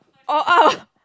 oh oh